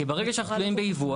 כי ברגע שאנחנו תלויים בייבוא,